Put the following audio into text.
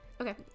Okay